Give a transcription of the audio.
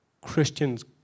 Christians